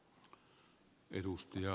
arvoisa puhemies